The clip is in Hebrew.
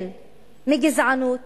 מגזענות